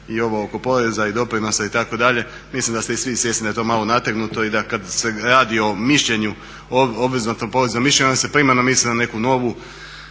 i ovo oko poreza i doprinosa itd. mislim da ste i svi svjesni da je to malo nategnuto i da kad se radi o mišljenju, tom poreznom mišljenju onda se primarno misli na neku novu